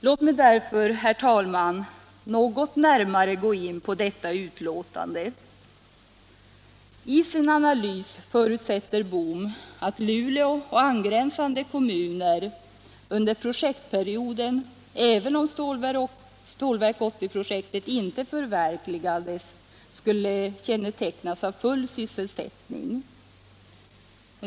Låt mig därför, herr talman, något närmare gå in på detta utlåtande. I sin analys förutsätter Bohm att Luleå och angränsande kommuner under projektperioden, även om Stålverk 80 projektet inte förverkligades, skulle kännetecknas av full sysselsättning.